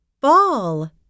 ball